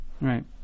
Right